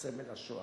בסמל השואה.